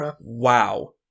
wow